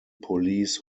police